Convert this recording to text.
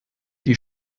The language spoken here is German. die